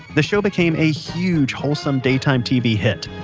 the show became a huge wholesome daytime tv hit,